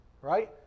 Right